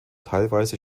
teilweise